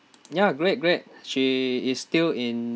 ya great great she is still in